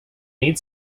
need